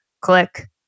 click